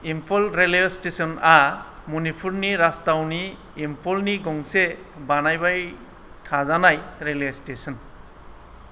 Imphal railway स्टेसनआ मणिपुरनि राजथावनि इम्फलनि गंसे बानायबाय थाजानाय रेलवे स्टेसन